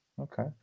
Okay